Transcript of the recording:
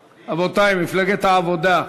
רבותי, מפלגת העבודה.